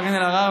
קארין אלהרר,